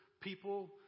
people